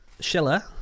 Schiller